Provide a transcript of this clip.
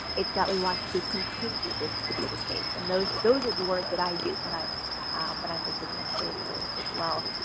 it's that we want to continue this to be the case. and those those are the words that i use when i'm when i'm visiting a space, as as well.